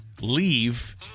leave